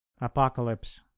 apocalypse